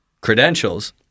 credentials